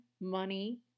money